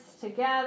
together